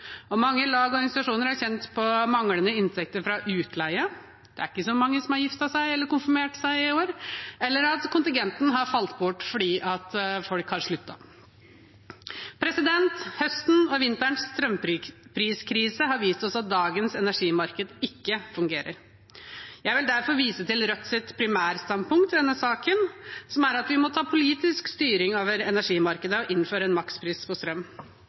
Mange lag og organisasjoner har kjent på manglende inntekter fra utleie – det er ikke så mange som har giftet seg eller konfirmert seg de to siste årene – eller at kontingenten har falt bort fordi folk har sluttet. Høsten og vinterens strømpriskrise har vist oss at dagens energimarked ikke fungerer. Jeg vil derfor vise til Rødts primærstandpunkt i denne saken, som er at vi må ta politisk styring over energimarkedet og innføre en makspris på strøm.